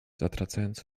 zatracając